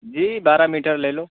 جی بارہ میٹر لے لو